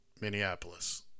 Minneapolis